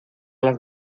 las